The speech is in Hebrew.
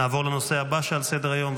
נעבור לנושא הבא שעל סדר-היום,